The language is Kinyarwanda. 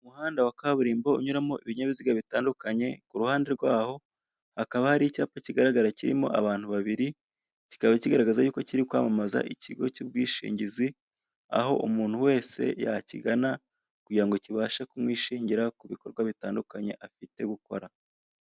Imodoka nyinshi cyane ziri kugenda mu muhanda mugari cyane wa kaburimbo. Mu mpande z'uwo muhanda hari inyubako ndende z'amagorofa, mu gihe ku ruhande rundi rw'umuhanda ho hari icyapa cyamamaza.